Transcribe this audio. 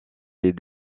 ses